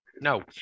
no